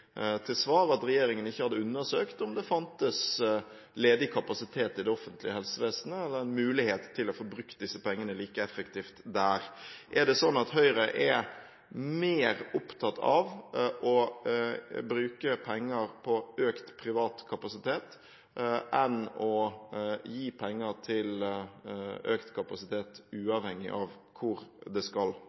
til svar at regjeringen ikke hadde undersøkt om det fantes ledig kapasitet i det offentlige helsevesenet, eller mulighet til å få brukt disse pengene like effektivt der. Er det sånn at Høyre er mer opptatt av å bruke penger på økt privat kapasitet enn å gi penger til økt kapasitet, uavhengig av hvor hen det skal